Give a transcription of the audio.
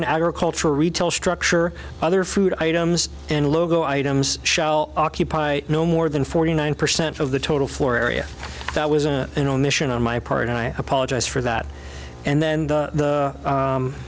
an agriculture retail structure other food items and logo items shall occupy no more than forty nine percent of the total floor area that was a an omission on my part and i apologize for that and then the